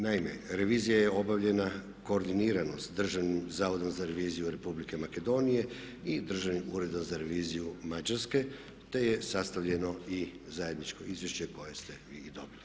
Naime, revizija je obavljena koordinirano s Državnim zavodom za reviziju Republike Makedonije i Državnim uredom za reviziju Mađarske, te je sastavljeno i zajedničko izvješće koje ste vi i dobili.